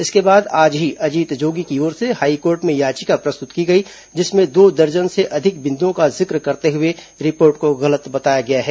इसके बाद आज ही अजीत जोगी की ओर से हाईकोर्ट में याचिका प्रस्तुत की गई जिसमें दो दर्जन से अधिक बिंदुओं का जिक्र करते हुए रिपोर्ट को गलत बताया गया है